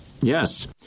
Yes